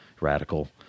radical